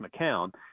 McCown